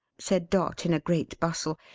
said dot in a great bustle,